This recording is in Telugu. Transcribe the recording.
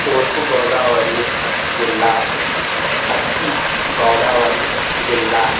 తూర్పు గోదావరి జిల్లా పశ్చిమ గోదావరి జిల్లా